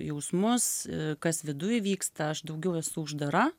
jausmus kas viduj vyksta aš daugiau esu uždara